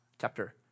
Chapter